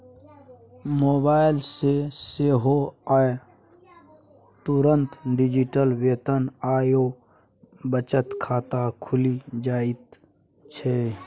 mobile सँ सेहो आब तुरंत डिजिटल वेतन आओर बचत खाता खुलि जाइत छै